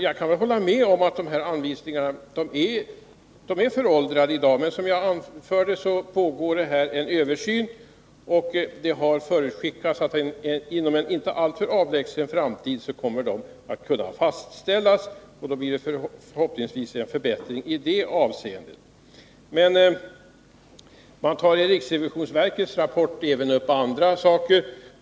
Jag kan hålla med om att anvisningarna är föråldrade i dag, men som jag anförde pågår det en översyn. Det har förutskickats att de nya anvisningarna kommer att kunna fastställas inom en inte alltför avlägsen framtid, och då blir det förhoppningsvis en förbättring i detta avseende. I riksrevisionsverkets rapport tar man upp även annat.